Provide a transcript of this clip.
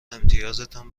امتیازتان